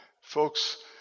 folks